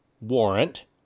warrant